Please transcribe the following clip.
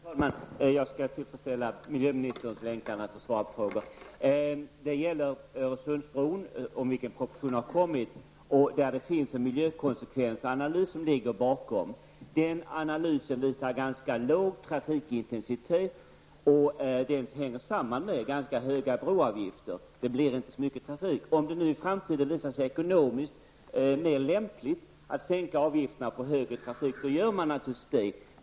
Herr talman! Jag skall tillfredsställa miljöministerns längtan att svara på frågor. Min fråga handlar om Öresundsbron, om vilken denna proposition har lagts fram. En miljökonsekvensanalys ligger bakom denna. Denna analys visar ganska låg trafikintensitet, vilket hänger samman med ganska höga broavgifter som gör att det inte blir så mycket trafik. Om det i framtiden visar sig mer ekonomiskt lämpligt att sänka avgiften för att få mer trafik, gör man naturligtvis detta.